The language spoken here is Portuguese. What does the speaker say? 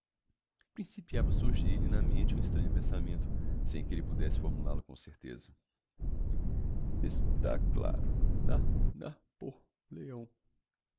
a surgir lhe na mente um estranho pensamento sem que elle pudesse formulál o com clareza está claro na na po leão